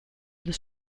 des